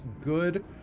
good